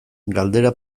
galdera